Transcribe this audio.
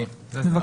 בבקשה.